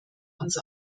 uns